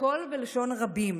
הכול בלשון רבים,